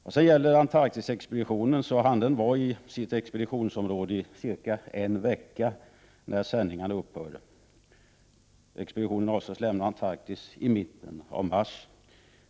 När det gäller Antarktisexpeditionen hann den vara i sitt expeditionsområde i ca en vecka när sändningarna upphörde. Expeditionen har för avsikt att lämna Antarktis i mitten av mars.